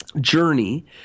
journey